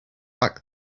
back